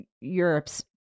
europe's